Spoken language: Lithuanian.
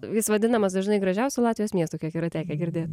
jis vadinamas dažnai gražiausiu latvijos miestu kiek yra tekę girdėt